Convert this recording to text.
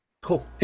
Cool